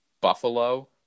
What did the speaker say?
Buffalo